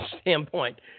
standpoint